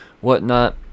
whatnot